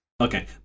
okay